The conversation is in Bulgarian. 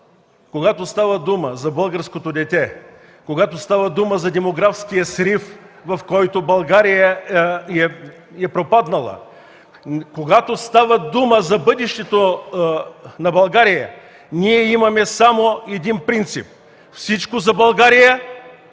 Когато става дума за българското дете, когато става дума за демографския срив, в който България е пропаднала, когато става дума за бъдещето на България, ние имаме само един принцип „Всичко за България,